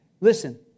listen